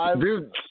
Dude